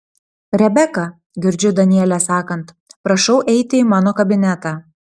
rebeka girdžiu danielę sakant prašau eiti į mano kabinetą